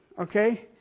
Okay